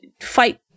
fight-